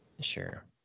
Sure